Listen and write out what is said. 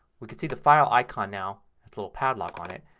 we can see the file icon now has a little padlock on it.